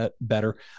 better